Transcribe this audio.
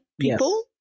people